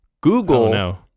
Google